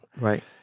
right